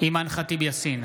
אימאן ח'טיב יאסין,